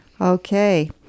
Okay